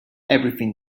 everything